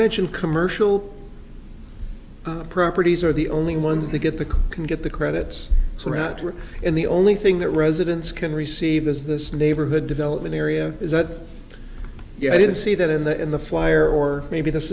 mentioned commercial properties are the only ones that get the can get the credits so that we're in the only thing that residents can receive is this neighborhood development area is that yeah i didn't see that in the in the flyer or maybe this